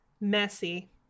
Messy